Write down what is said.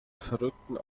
verrückten